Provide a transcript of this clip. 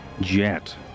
Jet